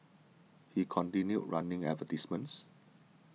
he continued running advertisements